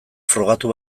frogatu